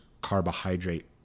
carbohydrate